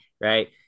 right